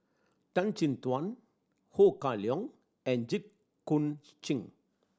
Tan Chin Tuan Ho Kah Leong and Jit Koon Ch'ng